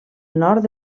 nord